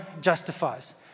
justifies